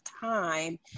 time